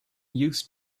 used